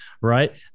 right